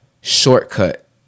Shortcut